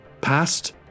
past